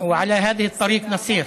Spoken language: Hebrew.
ואנו הולכים בדרך זו.